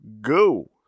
go